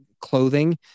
clothing